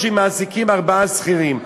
שבקושי מעסיקים ארבעה שכירים.